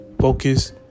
Focus